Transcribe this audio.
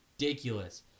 ridiculous